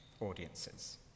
audiences